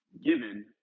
given